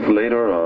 later